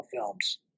films